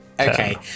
Okay